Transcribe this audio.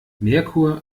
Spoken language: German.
merkur